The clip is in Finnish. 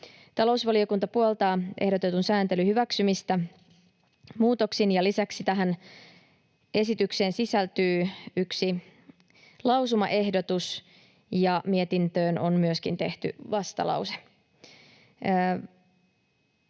Talousvaliokunta puoltaa ehdotetun sääntelyn hyväksymistä muutoksin, ja lisäksi tähän esitykseen sisältyy yksi lausumaehdotus, ja mietintöön on myöskin tehty vastalause.